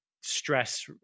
stress